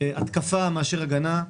התקפה מאשר הגנה.